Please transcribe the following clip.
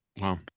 Wow